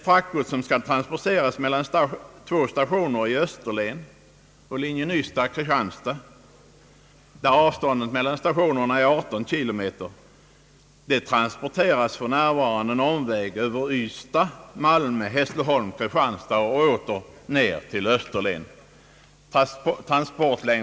Fraktgods som skall transporteras mellan två stationer i Österlen på linjen Ystad—Kristianstad, där avståndet mellan stationerna är 18 kilometer, transporteras för närvarande en omväg över Ystad—Malmö —Hässleholm—Kristianstad och åter ner till Österlen.